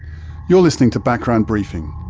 you're listening to background briefing,